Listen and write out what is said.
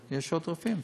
אבל יש עוד רופאים,